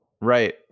Right